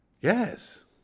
Yes